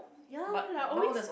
ya like always